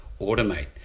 automate